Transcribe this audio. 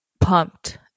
pumped